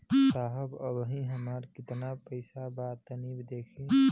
साहब अबहीं हमार कितना पइसा बा तनि देखति?